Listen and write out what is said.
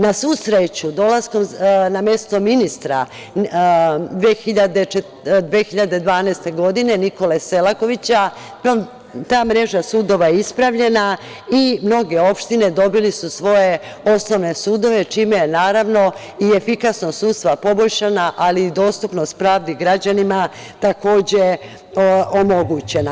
Na svu sreću dolaskom na mesto ministra 2012. godine, Nikole Selakovića, ta mreža sudova je ispravljena i mnoge opštine dobile su svoje osnovne sudove čime je i efikasnost sudstva poboljšana, ali i dostupnost pravde građanima takođe omogućena.